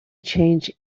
change